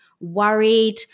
worried